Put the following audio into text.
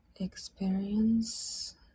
Experience